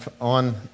on